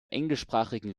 englischsprachigen